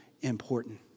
important